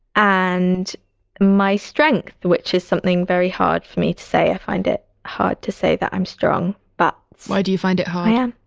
and my strength, which is something very hard for me to say, i find it hard to say that i'm strong. but why do you find it hard? i am.